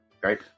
great